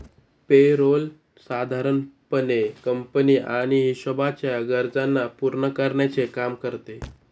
पे role साधारण पणे company आणि हिशोबाच्या गरजांना पूर्ण करण्याचे काम करते